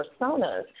personas